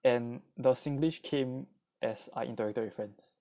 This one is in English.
and the singlish came as I interacted with friends